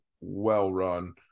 well-run